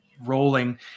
rolling